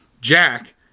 Jack